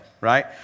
Right